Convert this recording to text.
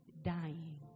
dying